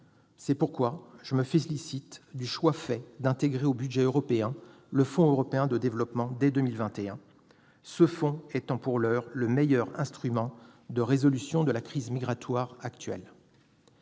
C'est pourquoi je me félicite du choix d'intégrer au budget européen le Fonds européen de développement dès 2021, ce fonds étant pour l'heure le meilleur instrument en vue de la résolution de la crise migratoire actuelle.